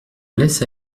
laisse